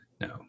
No